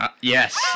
Yes